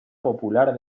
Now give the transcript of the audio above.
popular